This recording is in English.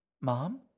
Mom